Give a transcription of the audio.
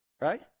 right